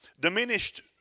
diminished